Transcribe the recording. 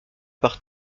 par